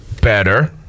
better